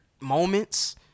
moments